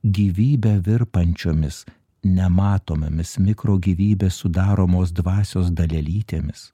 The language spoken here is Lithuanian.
gyvybe virpančiomis nematomomis mikro gyvybę sudaromos dvasios dalelytėmis